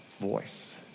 voice